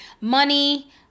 Money